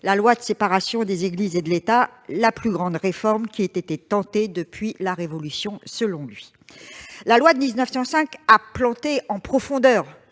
la loi de séparation des Églises et de l'État, « la plus grande réforme qui ait été tentée depuis la Révolution », selon lui. La loi de 1905 a planté en profondeur